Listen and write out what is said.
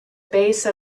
base